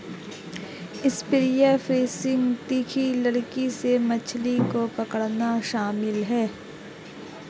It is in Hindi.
स्पीयर फिशिंग तीखी लकड़ी से मछली को पकड़ना शामिल है